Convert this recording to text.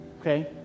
okay